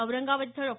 औरंगाबाद इथं डॉ